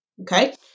Okay